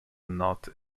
not